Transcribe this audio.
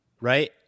right